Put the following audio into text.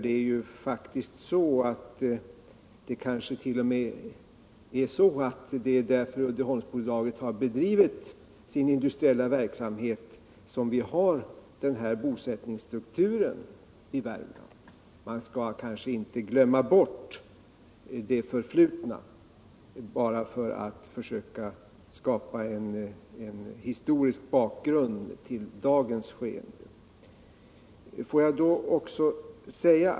Det är kanske t.o.m. så att det är därför att Uddeholmsbolaget har bedrivit sin industriella verksamhet som vi har den här bosättningsstrukturen i Värmland. Man skall kanske inte glömma bort det förflutna utan försöka skapa en historisk bakgrund till dagens skeende.